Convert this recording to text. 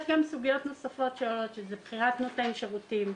גם סוגיות נוספות שעולות כמו בחירת נותני שירותים,